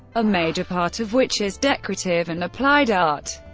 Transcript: a major part of which is decorative and applied art.